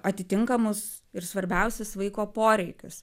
atitinkamus ir svarbiausius vaiko poreikius